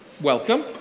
welcome